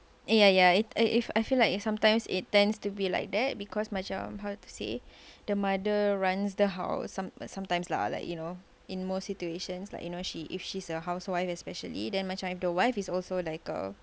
ya ya ya I feel like sometimes it tends to be like that because macam how to say the mother runs the house some sometimes lah like you know in most situations like you know she if she's a housewife especially then macam if the wife is also like a